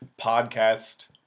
podcast